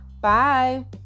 bye